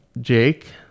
Jake